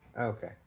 Okay